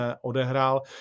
odehrál